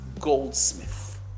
goldsmith